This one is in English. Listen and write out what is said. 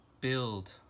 build